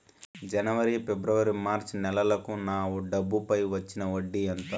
జనవరి, ఫిబ్రవరి, మార్చ్ నెలలకు నా డబ్బుపై వచ్చిన వడ్డీ ఎంత